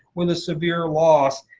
with a severe loss,